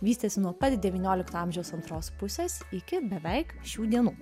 vystėsi nuo pat devyniolikto amžiaus antros pusės iki beveik šių dienų